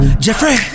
Jeffrey